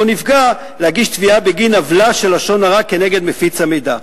נפגע להגיש תביעה בגין עוולה של לשון הרע כנגד מפיץ המידע.